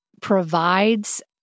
provides